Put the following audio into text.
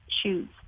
shoes